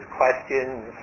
questions